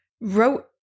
wrote